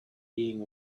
being